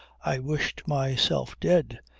i wished myself dead.